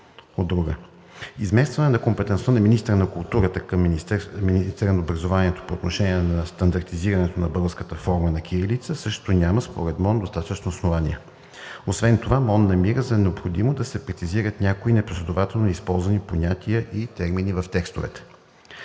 Изместването на компетентността от министъра на културата към министъра на образованието по отношение на стандартизирането на българската форма на кирилица също няма според МОН достатъчни основания. Освен това МОН намира за необходимо да се прецизират някои непоследователно използвани понятия и термини в текстовете.